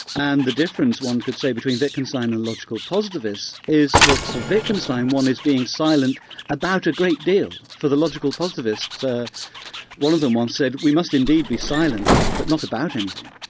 and the difference one could say between wittgenstein and logical positivists is that for wittgenstein one is being silent about a great deal. for the logical positivists, one of them once said, we must indeed be silent, but not about anything.